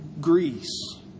Greece